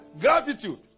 gratitude